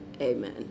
Amen